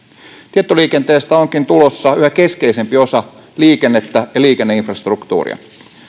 tietoliikenteestä onkin tulossa yhä keskeisempi osa liikennettä ja liikenneinfrastruktuuria